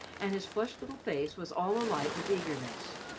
and his flushed little face was all alight with eagerness.